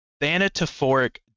Thanatophoric